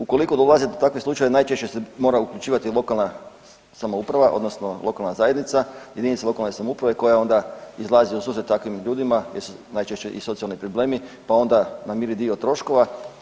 Ukoliko dolazi do takvih slučajeva mora se uključivati lokalna samouprava, odnosno lokalna zajednica, jedinice lokalne samouprave koje onda izlaze u susret takvim ljudima jer su najčešće i socijalni problemi, pa onda namiri dio troškova.